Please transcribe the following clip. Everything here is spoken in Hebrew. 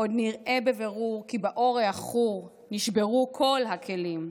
/ עד נראה בבירור כי באור העכור / נשברו כל הכלים.